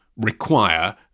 require